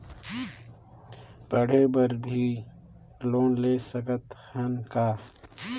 पढ़े बर भी लोन ले सकत हन का?